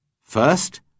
First